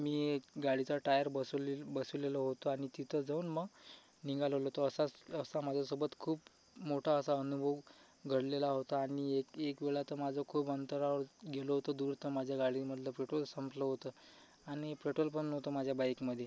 मी एक गाडीचा टायर बसवलेल बसवलेला होता आणि तिथं जाऊन मग निघालोलो तर असाच असा माझ्यासोबत खूप मोठा असा अनुभव घडलेला होता आणि एक एक वेळा तर माझं खूप अंतरावर गेलो ओतो दूर तर माझ्या गाडीमधलं पेट्रोल संपलं होतं आणि पेट्रोलपण नव्हतं माझ्या बाईकमध्ये